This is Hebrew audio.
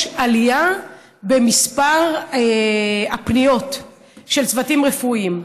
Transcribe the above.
עלייה במספר הפניות של צוותים רפואיים.